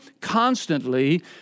constantly